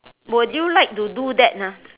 would you like to do that ah